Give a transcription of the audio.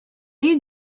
you